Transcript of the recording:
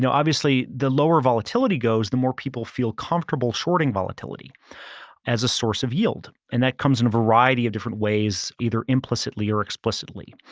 obviously the lower volatility goes, the more people feel comfortable shorting volatility as a source of yield, and that comes in a variety of different ways, either implicitly or explicitly.